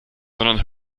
sondern